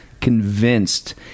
convinced